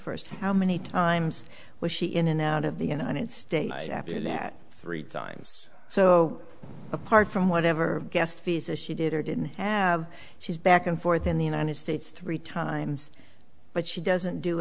first how many times was she in and out of the united states after that three times so apart from whatever guest visa she did or didn't have she's back and forth in the united states three times but she doesn't do